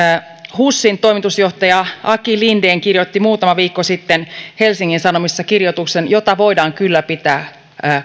husin toimitusjohtaja aki linden kirjoitti muutama viikko sitten helsingin sanomissa kirjoituksen jota voidaan kyllä pitää